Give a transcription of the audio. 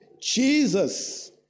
Jesus